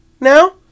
now